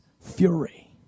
fury